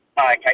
Okay